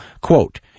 Quote